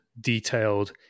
detailed